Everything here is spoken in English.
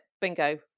bingo